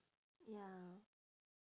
ya